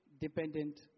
dependent